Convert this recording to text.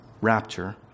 rapture